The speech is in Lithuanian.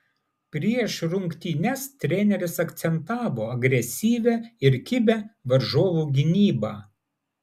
prieš rungtynes treneris akcentavo agresyvią ir kibią varžovų gynybą